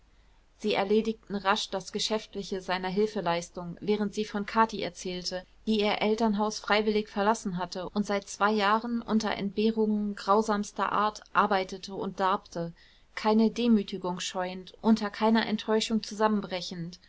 sie erledigten rasch das geschäftliche seiner hilfeleistung während sie von kathi erzählte die ihr elternhaus freiwillig verlassen hatte und seit zwei jahren unter entbehrungen grausamster art arbeitete und darbte keine demütigung scheuend unter keiner enttäuschung zusammenbrechend